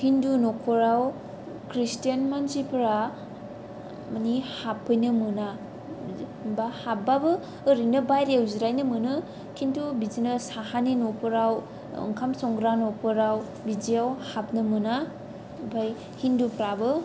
हिन्दु न'खराव ख्रिष्टान मानसिफोरा मानि हाबफैनो मोना बा हाबब्लाबो ओरैनो बायह्रयाव जिरायनो मोनो खिन्थु बिदिनो साहानि न'फोराव ओंखाम संग्रा न'फोराव बिदियाव हाबनो मोना ओमफ्राय हिन्दुफोराबो